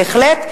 בהחלט,